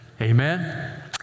Amen